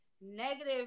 negative